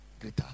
greater